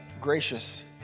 gracious